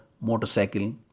motorcycle